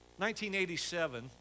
1987